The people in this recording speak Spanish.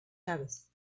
llaves